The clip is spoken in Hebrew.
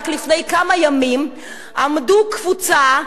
רק לפני כמה ימים עמדו קבוצה,